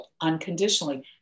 unconditionally